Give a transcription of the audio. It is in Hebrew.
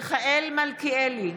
מיכאל מלכיאלי,